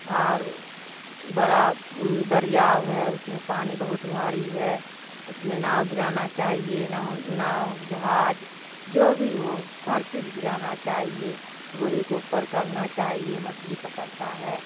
اور بڑا دریاؤ ہے اس میں پانی بہت بھاری ہے اس میں ناؤ گرانا چاہیے ناؤ جہاز جو بھی ہو ہر چیز گرانا چاہیے گورھی کو اوپر کرنا چاہیے مچھلی پکڑتا ہے